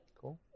Cool